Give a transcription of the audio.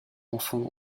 enfant